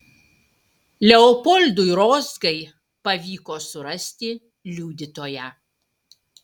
leopoldui rozgai pavyko surasti liudytoją